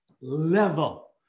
level